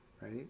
right